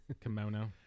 Kimono